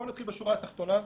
בואו נתחיל בשורה התחתונה.